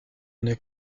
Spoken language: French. une